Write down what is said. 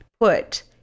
put